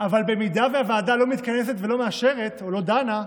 אבל אם הוועדה לא מתכנסת או לא מאשרת או לא דנה,